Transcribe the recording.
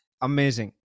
amazing